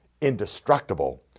indestructible